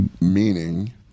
Meaning